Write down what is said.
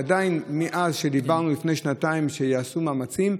עדיין מאז שדיברנו לפני שנתיים שייעשו מאמצים,